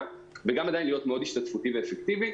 וגם עדיין להיות מאוד השתתפותי ואפקטיבי.